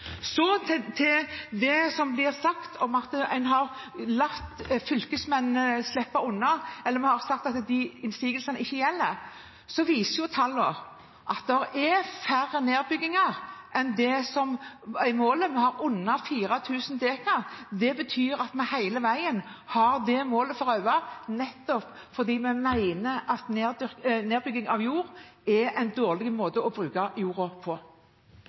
Så til det som blir sagt om at en har latt fylkesmennene slippe unna, eller at vi har sagt at innsigelsene ikke gjelder. Tallene viser jo at det er mindre nedbygging enn det som er målet, under 4 000 dekar. Det betyr at vi hele veien har det målet for øye, nettopp fordi vi mener at nedbygging av jord er en dårlig måte å bruke jorda på.